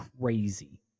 crazy